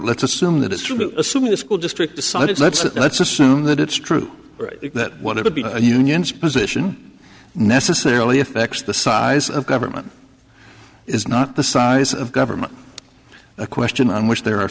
let's assume that it's true but assuming the school district decided let's let's assume that it's true that whatever be the unions position necessarily effects the size of government it is not the size of government a question on which there are